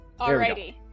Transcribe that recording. Alrighty